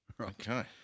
Okay